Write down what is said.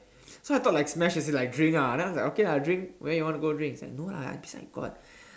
so I thought like smash as in like drink ah then I was like okay lah drink where you want to go drink he's like no lah I think I got